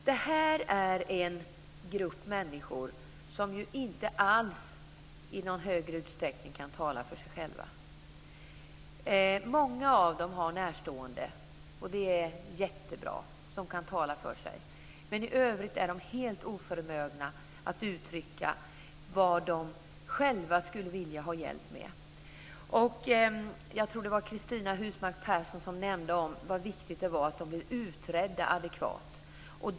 Detta är en grupp människor som inte alls kan tala för sig själva. Många av dem har närstående som kan tala för dem, och det är jättebra. Men i övrigt är de helt oförmögna att uttrycka vad de själva skulle vilja ha hjälp med. Jag tror att det var Cristina Husmark Pehrsson som talade om hur viktigt det var att de demenssjuka blev utredda på ett adekvat sätt.